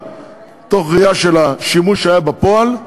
מתוך ראייה של השימוש שהיה בפועל.